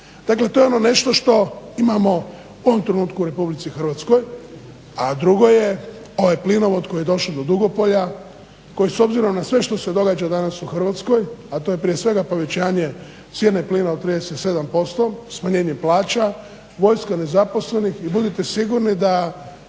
Dakle, to je ono nešto što imamo u ovom trenutku u RH, a drugo je ovaj plinovod koji je došao do Dugopolja, koji s obzirom na sve što se događa danas u Hrvatskoj,a to je prije svega povećanje cijene plina od 37%, smanjenje plaća, vojska nezaposlenih i budite sigurni da